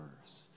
first